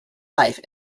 life